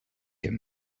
him